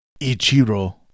Ichiro